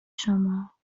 شما